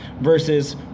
versus